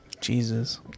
Jesus